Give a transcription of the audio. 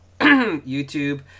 YouTube